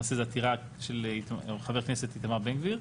למעשה זו עתירה של חבר הכנסת איתמר בן גביר.